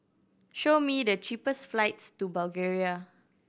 show me the cheapest flights to Bulgaria